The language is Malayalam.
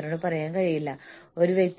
ഒരു പ്ലാന്റിലോ ബിസിനസ് യൂണിറ്റിലോ ഉള്ള എല്ലാ തൊഴിലാളികൾക്കും പ്രതിഫലം നൽകുന്നു